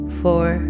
four